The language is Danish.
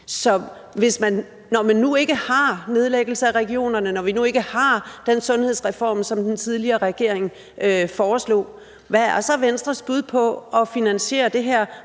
Så når man nu ikke har fået nedlagt regionerne, og når vi nu ikke har fået den sundhedsreform, som den tidligere regering foreslog, hvad er så Venstres bud på at finansiere det her